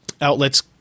outlets